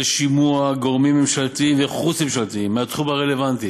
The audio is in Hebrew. לשימוע גורמים ממשלתיים וחוץ-ממשלתיים מהתחום הרלוונטי